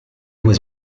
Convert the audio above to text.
was